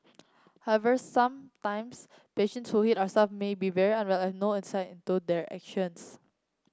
however sometimes patients who hit our staff may be very unwell and no insight into their actions